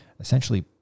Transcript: essentially